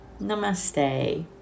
Namaste